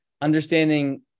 understanding